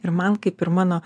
ir man kaip ir mano